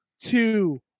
two